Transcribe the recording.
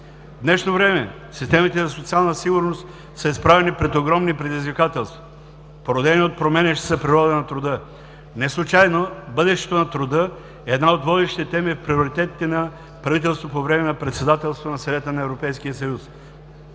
В днешно време системите за социална сигурност са изправени пред огромни предизвикателства, породени от променящата се природа на труда. Неслучайно бъдещето на труда е една от водещите теми в приоритетите на правителството по време на председателството на Съвета на